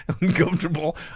uncomfortable